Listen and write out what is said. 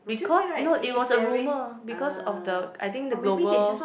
because not it was a rumour because of the I think the global